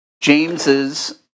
James's